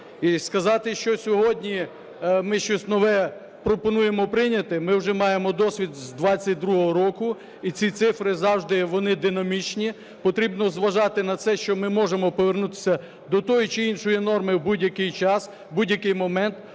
І сказати, що сьогодні ми щось нове пропонуємо прийняти. Ми вже маємо досвід з 22-го року. І ці цифри завжди вони динамічні. Потрібно зважати на те, що ми можемо повернутися до тої чи іншої норми в будь-який час в будь-який момент.